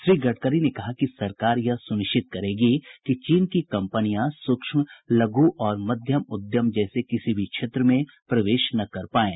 श्री गडकरी ने कहा कि सरकार यह सुनिश्चित करेगी कि चीन की कंपनियां सूक्ष्म लघु और मध्यम उद्यम जैसे किसी भी क्षेत्र में प्रवेश न कर पायें